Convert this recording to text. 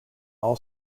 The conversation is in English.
all